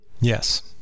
Yes